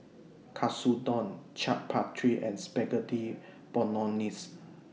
Katsudon Chaat and Spaghetti Bolognese